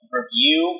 review